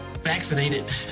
Vaccinated